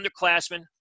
underclassmen